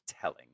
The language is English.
telling